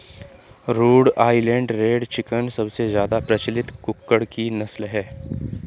road Island Red chicken सबसे ज्यादा प्रचलित कुक्कुट की नस्ल है